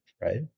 right